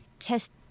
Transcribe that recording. Test